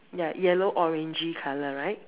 ya yellow orangey color right